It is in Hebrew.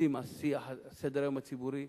לשים על סדר-היום הציבורי,